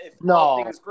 No